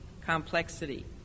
complexity